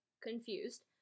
confused